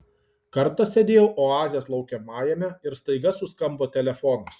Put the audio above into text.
kartą sėdėjau oazės laukiamajame ir staiga suskambo telefonas